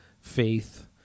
faith